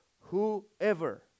whoever